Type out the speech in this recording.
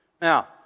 Now